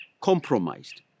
compromised